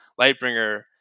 Lightbringer